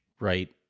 Right